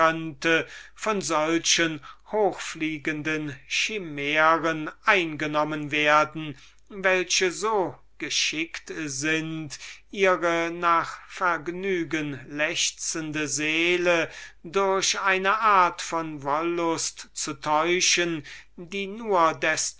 von diesen hochfliegenden schimären eingenommen werden welche so geschickt sind ihre nach vergnügen lechzende einbildungskraft durch eine art von wollust zu täuschen die nur